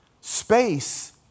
Space